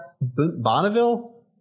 Bonneville